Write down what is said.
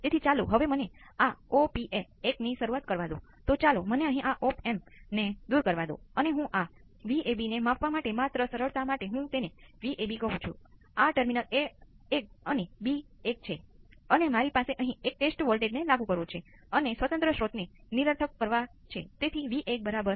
તેથી steady state tRC હશે અને હું આ વિશે થોડું વિસ્તૃત કરીશ